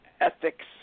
ethics